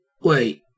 Wait